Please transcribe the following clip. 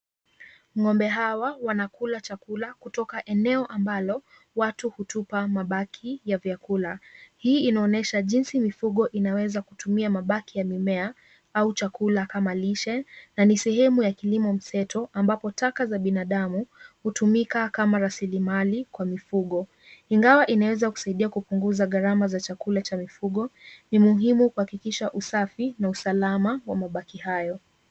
Ng'ombe hawa wanakula chakula kutoka eneo ambalo watu hutapa mabaki ya vyakula .Hii inaonyesha jinsi mifungo inaweza kutumia mabaki ya mimea au chakula kama lishe na ni sehemu ya kilimo mseto ambapo taka za binadamu hutumika kama raslimali kwa mifugo. Ingawa inaweza kusaidia kupuguza garama ya chakula za mifugo ni muhimu kuhakikisha usafi na usalama wa mabaki hayo .